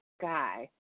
guy